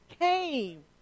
came